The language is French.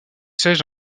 siège